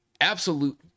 absolute